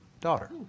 daughter